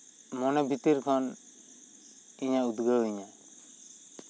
ᱢᱚᱱᱮ ᱵᱷᱤᱛᱤᱨ ᱠᱷᱚᱱ ᱤᱧᱮ ᱩᱫᱜᱟᱹᱣᱤᱧᱟᱹ